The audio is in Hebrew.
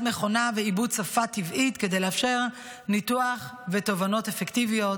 מכונה ועיבוד שפה טבעית כדי לאפשר ניתוח ותובנות אפקטיביות.